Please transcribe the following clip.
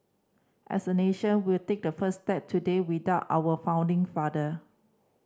as a nation we'll take the first step today without our founding father